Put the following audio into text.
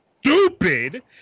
stupid